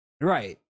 Right